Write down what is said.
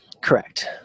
Correct